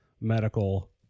medical